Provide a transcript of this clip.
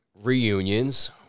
reunions